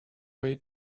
way